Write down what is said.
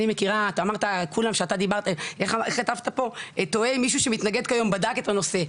אתה אמרת פה שאתה תוהה האם מישהו שמתנגד כיום בדק את הנושא,